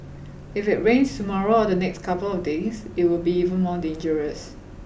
if it rains tomorrow or the next couple of days it will be even more dangerous